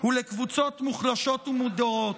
ולקבוצות מוחלשות ומודרות.